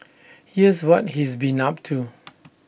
here's what he's been up to